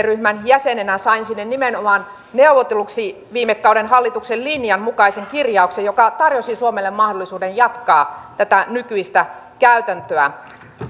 ryhmän jäsenenä sain sinne nimenomaan neuvotelluksi viime kauden hallituksen linjan mukaisen kirjauksen joka tarjosi suomelle mahdollisuuden jatkaa tätä nykyistä käytäntöä